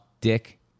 dick